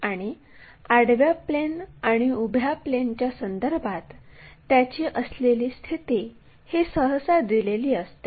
आणि आडव्या प्लेन आणि उभ्या प्लेनच्या संदर्भात त्याची असलेली स्थिती ही सहसा दिली जाते